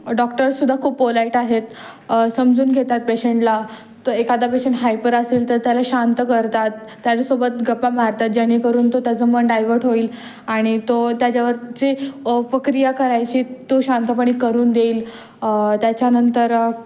डॉक्टरसुद्धा खूप पोलाईट आहेत समजून घेतात पेशंटला तो एखादा पेशंट हायपर असेल तर त्याला शांत करतात त्याच्यासोबत गप्पा मारतात जेणेकरून तो त्याचं मन डायवर्ट होईल आणि तो त्याच्यावरची प्रक्रिया करायची तो शांतपणे करून देईल त्याच्यानंतर